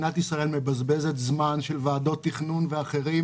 מדינת ישראל מבזבזת זמן של ועדות תכנון ואחרים